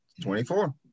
24